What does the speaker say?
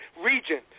region